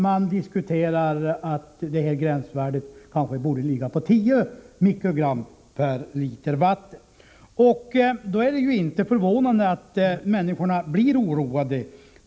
Det diskuteras nu om inte gränsvärdet borde ligga på 10 mikrogram per liter vatten. Mot den här bakgrunden är det inte förvånande att människor blir oroade.